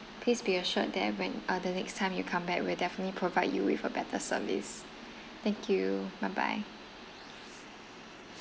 please be assured that when uh the next time you come back we'll definitely provide you with a better service thank you bye bye